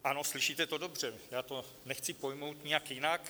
Ano, slyšíte dobře, já to nechci pojmout nijak jinak.